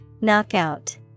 Knockout